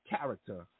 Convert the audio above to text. character